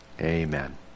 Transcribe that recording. Amen